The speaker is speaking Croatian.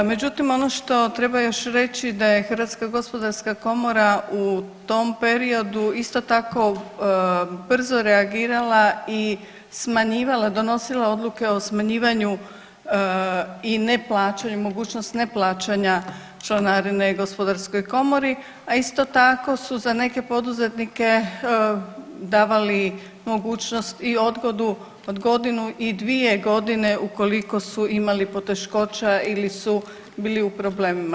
Međutim, ono što treba još reći da je Hrvatska gospodarska komora u tom periodu isto tako brzo reagirala i smanjivala, donosila odluke o smanjivanju i neplaćanju, mogućnost neplaćanja članarine Gospodarskoj komori, a isto tako su za neke poduzetnike davali mogućnost i odgodu od godinu i dvije godine ukoliko su imali poteškoća ili su bili u problemima.